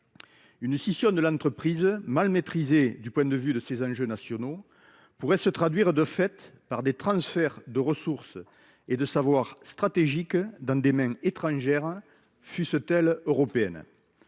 Une scission de l’entreprise mal maîtrisée du point de vue de ces enjeux nationaux pourrait se traduire par des transferts de ressources et de savoirs stratégiques dans des mains étrangères, fussent elles européennes.